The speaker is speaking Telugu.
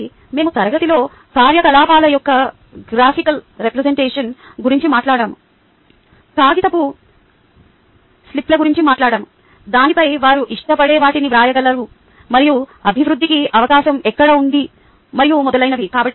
కాబట్టి మేము తరగతిలో కార్యకలాపాల యొక్క గ్రాఫికల్ రిప్రెసెంటేషన్ గురించి మాట్లాడాము కాగితపు స్లిప్ల గురించి మాట్లాడాము దానిపై వారు ఇష్టపడే వాటిని వ్రాయగలరు మరియు అభివృద్ధికి అవకాశం ఎక్కడ ఉంది మరియు మొదలైనవి